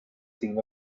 seen